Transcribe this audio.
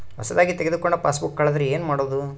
ಹೊಸದಾಗಿ ತೆಗೆದುಕೊಂಡ ಪಾಸ್ಬುಕ್ ಕಳೆದರೆ ಏನು ಮಾಡೋದು?